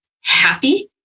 happy